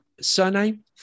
Surname